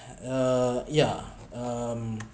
uh yeah um